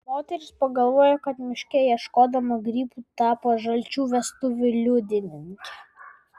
moteris pagalvojo kad miške ieškodama grybų tapo žalčių vestuvių liudininke